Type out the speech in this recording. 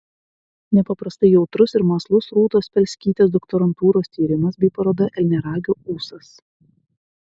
nepaprastai jautrus ir mąslus rūtos spelskytės doktorantūros tyrimas bei paroda elniaragio ūsas